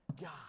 God